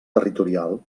territorial